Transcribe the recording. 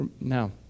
Now